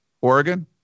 Oregon